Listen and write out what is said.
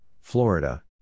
Florida